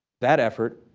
that effort,